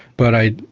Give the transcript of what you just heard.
but i,